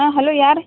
ಹಾಂ ಹಲೋ ಯಾರು